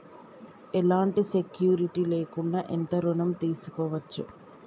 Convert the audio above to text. ఎలాంటి సెక్యూరిటీ లేకుండా ఎంత ఋణం తీసుకోవచ్చు?